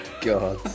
god